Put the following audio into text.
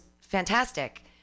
fantastic